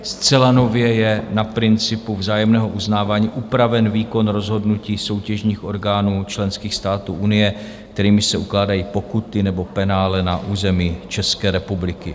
Zcela nově je na principu vzájemného uznávání upraven výkon rozhodnutí soutěžních orgánů členských států unie, kterými se ukládají pokuty nebo penále na území České republiky.